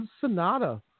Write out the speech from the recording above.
Sonata